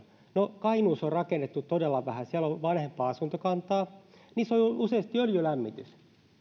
no kainuussa on rakennettu todella vähän siellä on vanhempaa asuntokantaa niissä on useasti öljylämmitys